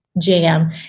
jam